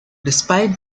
despite